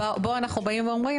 פה אנחנו באים ואומרים,